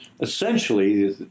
Essentially